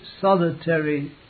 solitary